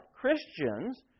Christians